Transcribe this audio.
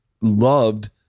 loved